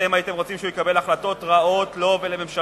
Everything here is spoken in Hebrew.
אתם הייתם רוצים שהוא יקבל החלטות רעות לו ולממשלתו,